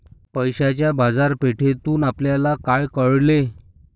पैशाच्या बाजारपेठेतून आपल्याला काय कळले?